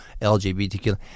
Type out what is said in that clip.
LGBTQ